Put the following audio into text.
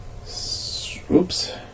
Oops